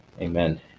Amen